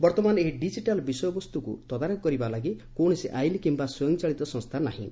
ବର୍ତ୍ତମାନ ଏହି ଡିକିଟାଲ୍ ବିଷୟବସ୍ତୁକୁ ତଦାରଖ କରିବା ଲାଗି କୌଣସି ଆଇନ କିୟା ସ୍ପୟଂଚାଳିତ ସଂସ୍ଥା ନାହିଁ